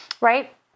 Right